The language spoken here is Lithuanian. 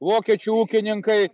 vokiečių ūkininkai